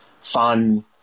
fun